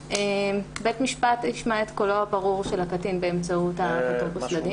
בית משפט ישמע את קולו הברור של הקטין באמצעות האפוטרופוס לדין.